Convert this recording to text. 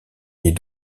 est